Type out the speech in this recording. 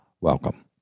Welcome